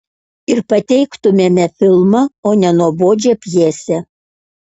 ir pateiktumėme filmą o ne nuobodžią pjesę